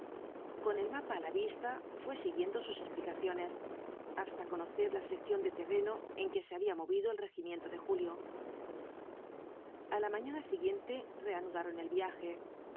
con el mapa á la vista fué siguiendo sus explicaciones hasta conocer la sección de terreno en que se había movido el regimiento de julio a la mañana siguiente reanudaron el viaje